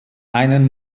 einen